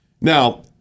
Now